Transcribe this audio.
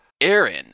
Aaron